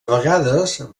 vegades